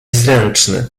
zręczny